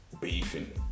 beefing